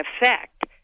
effect